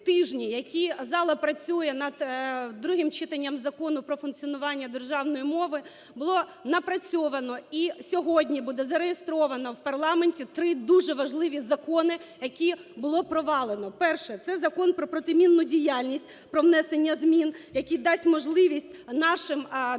які зала працює над другим читанням Закону про функціонування державної мови, було напрацьовано, і сьогодні буде зареєстровано в парламенті три дуже важливі закони, які було провалено. Перше – це Закон про протимінну діяльність, про внесення змін, які дадуть можливість нашим донорам